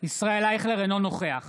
אינו נוכח